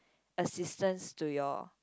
assistance to your